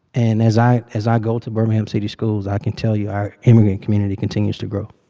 and as i as i go to birmingham city schools, i can tell you our immigrant community continues to grow.